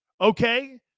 okay